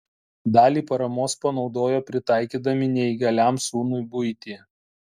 dalį paramos panaudojo pritaikydami neįgaliam sūnui buitį